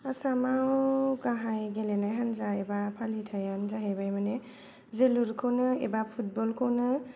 आसामाव गाहाय गेलेनाय हान्जा एबा फालिथाइयानो जाहैबाय माने जोलुरखौनौ एबा फुटबल खौनो